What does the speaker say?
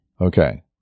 Okay